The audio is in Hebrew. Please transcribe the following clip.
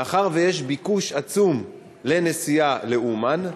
מאחר שיש ביקוש עצום לנסיעה לאומן,